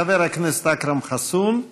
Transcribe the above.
חבר הכנסת אכרם חסון,